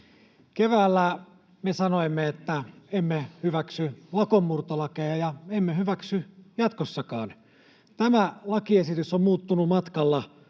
Keväällä me sanoimme, että emme hyväksy lakonmurtolakeja, ja emme hyväksy jatkossakaan. Tämä lakiesitys on muuttunut matkalla